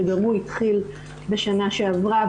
שגם הוא התחיל בשנה שעברה,